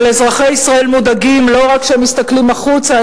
אבל אזרחי ישראל מודאגים לא רק כשהם מסתכלים החוצה,